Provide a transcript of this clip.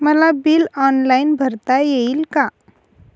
मला bill online भरता येईल का?